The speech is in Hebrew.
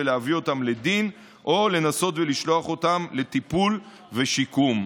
להביא אותם לדין או לנסות ולשלוח אותם לטיפול ושיקום.